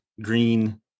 Green